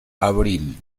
abril